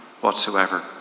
whatsoever